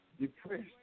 depressed